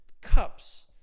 cups